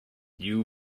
you